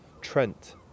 Trent